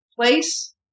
place